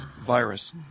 virus